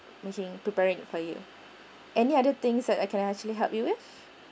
any other things that I can actually help you with